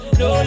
no